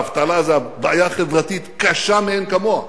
האבטלה זו בעיה חברתית קשה מאין כמוה,